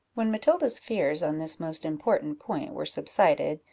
when matilda's fears on this most important point were subsided,